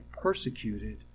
persecuted